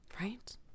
Right